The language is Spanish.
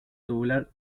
tubular